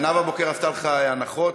נאוה בוקר עשתה לך הנחות,